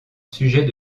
sujet